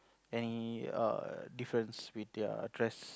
any err difference with their dress